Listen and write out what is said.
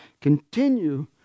Continue